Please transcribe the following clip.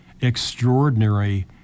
extraordinary